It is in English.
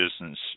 business